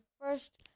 first